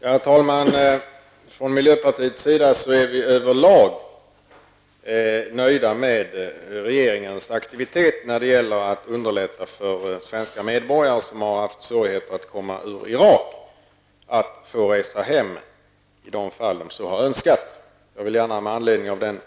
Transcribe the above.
Herr talman! I miljöpartiet är vi överlag nöjda med regeringens aktivitet när det gäller att underlätta för svenska medborgare som haft svårigheter att komma ur Irak att få resa hem i de fall då de så har önskat. Med anledning av den